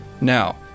Now